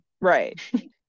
right